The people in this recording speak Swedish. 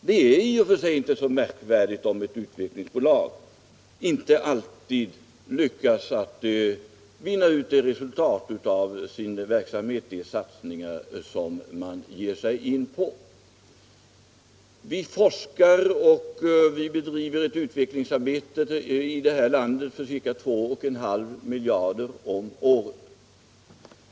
Det är i och för sig inte så märkvärdigt om ett utvecklingsbolag inte alltid lyckas vinna ut det resultat som man hoppas på av de satsningar man ger sig in på. Vi forskar och bedriver utvecklingsarbete i detta land för ca 2,5 miljarder om året.